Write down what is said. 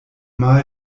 mal